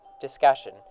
discussion